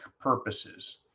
purposes